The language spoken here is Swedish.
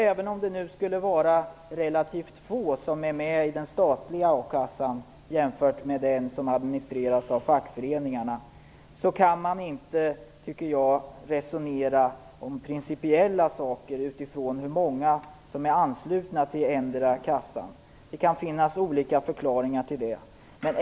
Även om relativt få skulle vara med i den statliga a-kassan jämfört med den som administreras av fackföreningarna kan man inte resonera om principiella saker utifrån hur många som är anslutna till endera kassan. Det kan finnas olika förklaringar till det.